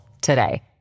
today